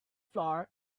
floor